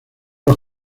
los